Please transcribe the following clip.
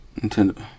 Nintendo